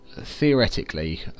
theoretically